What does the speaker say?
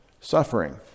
suffering